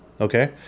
okay